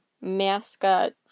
mascot